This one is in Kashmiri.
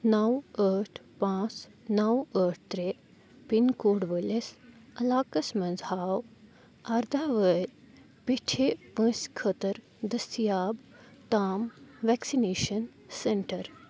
نو ٲٹھ پانٛژھ نو ٲٹھ ترٛےٚ پِن کوڈ وٲلِس علاقس مَنٛز ہاو اَرداہ وٲلۍ پیٚٹھِ وٲنٛسہِ خٲطرٕ دٔستِیاب تام وٮ۪کسِنیٚشن سینٹر